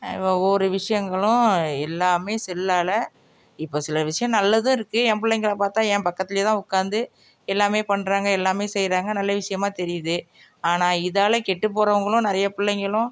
வ ஒவ்வொரு விஷயங்களும் எல்லாமே செல்லால் இப்போ சில விஷயம் நல்லதும் இருக்குது என் பிள்ளைங்கள பார்த்தா என் பக்கத்துலேயே தான் உக்காந்து எல்லாமே பண்ணுறாங்க எல்லாமே செய்கிறாங்க நல்ல விஷயமா தெரியுது ஆனால் இதால் கெட்டு போகிறவங்களும் நிறைய பிள்ளைங்களும்